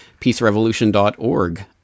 peacerevolution.org